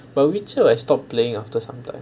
but witcher I stopped playing after some time